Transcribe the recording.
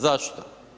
Zašto?